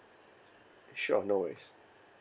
sure no worries